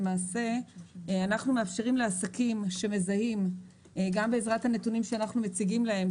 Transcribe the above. אנחנו מאפשרים לעסקים שמזהים גם בעזרת הנתונים שאנחנו מציגים להם,